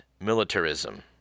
militarism